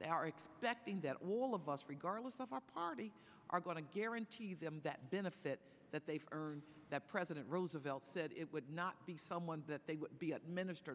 they are expecting that wall of us regardless of our party are going to guarantee them that benefit that they've earned that president roosevelt said it would not be someone that they would be administer